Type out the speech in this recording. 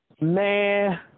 Man